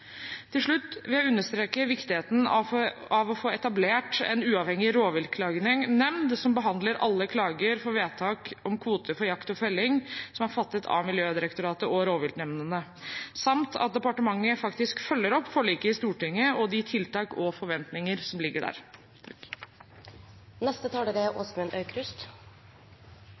Til slutt vil jeg understreke viktigheten av å få etablert en uavhengig rovviltklagenemnd, som behandler alle klager på vedtak om kvoter for jakt og felling som er fattet av Miljødirektoratet og rovviltnemndene, samt at departementet faktisk følger opp forliket i Stortinget og de tiltak og forventninger som ligger der. Rovdyr i Norge er